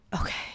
Okay